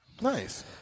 Nice